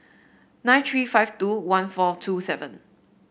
nine three five two one four two seven